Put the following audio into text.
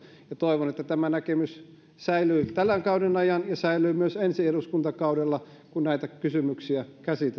toivon että tämä näkemys säilyy tämän kauden ajan ja säilyy myös ensi eduskuntakaudella kun näitä kysymyksiä käsitellään